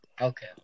Okay